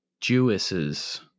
Jewesses